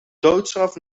doodstraf